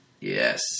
Yes